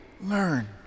learn